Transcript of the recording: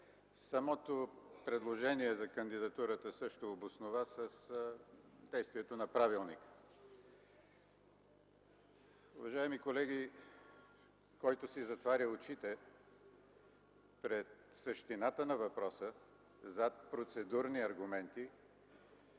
Самото предложение за кандидатурата също обоснова с действието на правилника. Уважаеми колеги, който си затваря очите пред същината на въпроса зад процедурни аргументи,